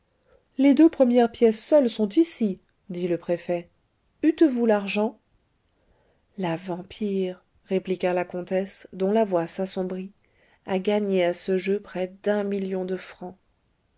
les deux premières pièces seules sont ici dit le préfet eûtes vous l'argent la vampire répliqua la comtesse dont la voix s'assombrit a gagné à ce jeu près d'un million de francs